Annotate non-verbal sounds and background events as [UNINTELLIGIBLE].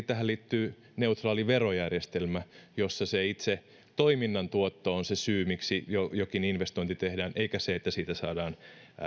[UNINTELLIGIBLE] tähän liittyy tietenkin neutraali verojärjestelmä jossa se itse toiminnan tuotto on se syy miksi jokin investointi tehdään eikä se että siitä saadaan